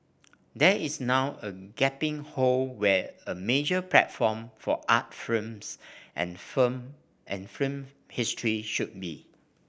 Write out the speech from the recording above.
there is now a gaping hole where a major platform for art films and film and film history should be